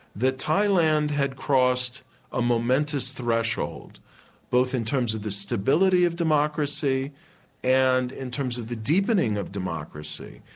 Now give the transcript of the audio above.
that thailand had crossed a momentous threshold both in terms of the stability of democracy and in terms of the deepening of democracy,